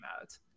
out